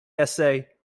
essay